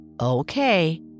Okay